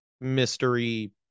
mystery